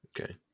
Okay